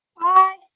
Bye